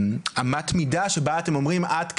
כאמת מידה שבה אתם אומרים עד כאן.